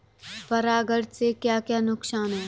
परागण से क्या क्या नुकसान हैं?